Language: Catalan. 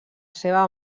seva